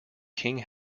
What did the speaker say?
king